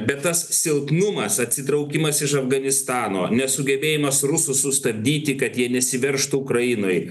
bet tas silpnumas atsitraukimas iš afganistano nesugebėjimas rusų sustabdyti kad jie nesiveržtų ukrainoj